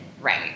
Right